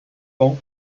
pan